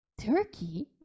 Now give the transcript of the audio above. turkey